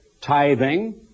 Tithing